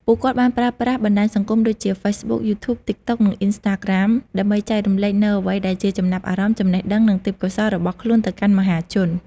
ពួកគាត់បានប្រើប្រាស់បណ្តាញសង្គមដូចជា ហ្វេសប៊ុក យូធូប តិកតុក និងអុីនស្តាក្រាម ដើម្បីចែករំលែកនូវអ្វីដែលជាចំណាប់អារម្មណ៍ ចំណេះដឹង និងទេពកោសល្យរបស់ខ្លួនទៅកាន់មហាជន។